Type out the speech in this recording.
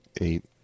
eight